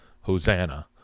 Hosanna